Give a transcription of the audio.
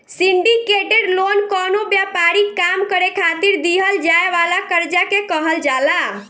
syndicated loan कवनो व्यापारिक काम करे खातिर दीहल जाए वाला कर्जा के कहल जाला